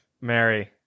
Mary